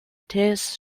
thèse